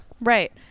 Right